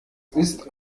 ist